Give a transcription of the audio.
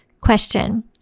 Question